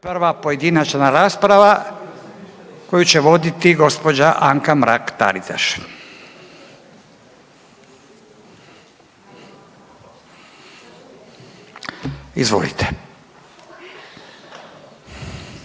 prva pojedinačna rasprava koju će voditi gospođa Anka Mrak Taritaš. Izvolite.